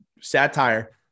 satire